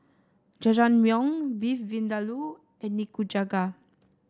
Jajangmyeon Beef Vindaloo and Nikujaga